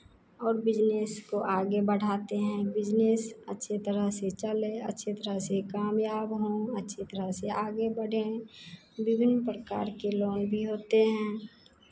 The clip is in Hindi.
और बिज़नेस को आगे बढ़ाते हैं बिज़नेस अच्छे तरह से चले अच्छे तरह से कामयाब हों अच्छे तरह से आगे बढ़ें विभिन्न प्रकार के लोन भी होते हैं